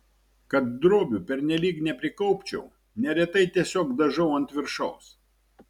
kad drobių pernelyg neprikaupčiau neretai tiesiog dažau ant viršaus